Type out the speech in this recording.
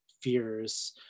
fears